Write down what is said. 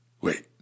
Wait